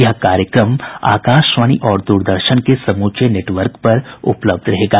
यह कार्यक्रम आकाशवाणी और दूरदर्शन के समूचे नेटवर्क पर उपलब्ध रहेगा